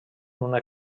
una